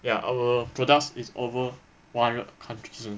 ya our product is over one hundred countries [one]